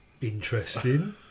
Interesting